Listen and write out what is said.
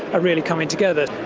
are really coming together.